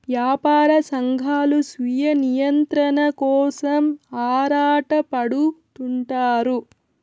యాపార సంఘాలు స్వీయ నియంత్రణ కోసం ఆరాటపడుతుంటారు